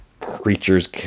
creatures